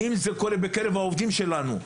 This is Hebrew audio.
שאם זה קורה בקרב העובדים שלנו,